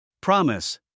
Promise